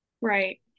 right